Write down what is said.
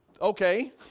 okay